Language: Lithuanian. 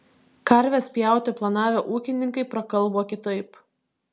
karves pjauti planavę ūkininkai prakalbo kitaip